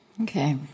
Okay